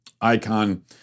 icon